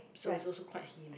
so it's also quite hilly